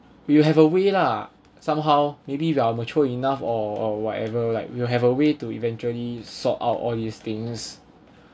we will have a way lah somehow maybe we are mature enough or or whatever like you will have a way to eventually sort out all these things